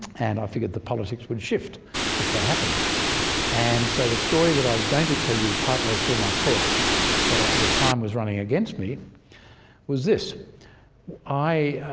and i figured that politics would shift if that happened and so the story that i was going to tell you partway through my talk but at the time was running against me was this i